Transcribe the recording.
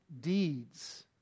deeds